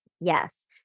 Yes